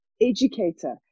educator